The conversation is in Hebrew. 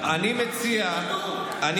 אני מציע, שילמדו.